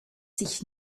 sich